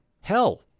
Hell